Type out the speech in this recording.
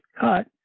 cut